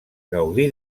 gaudí